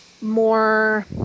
More